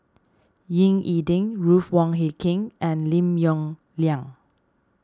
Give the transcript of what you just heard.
Ying E Ding Ruth Wong Hie King and Lim Yong Liang